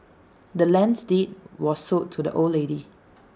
the land's deed was sold to the old lady